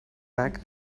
back